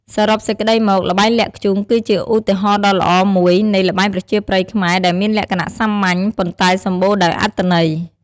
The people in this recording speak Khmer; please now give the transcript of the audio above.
សរុបសេចក្ដីមក ល្បែងលាក់ធ្យូង គឺជាឧទាហរណ៍ដ៏ល្អមួយនៃល្បែងប្រជាប្រិយខ្មែរ ដែលមានលក្ខណៈសាមញ្ញ ប៉ុន្តែសម្បូរដោយអត្ថន័យ។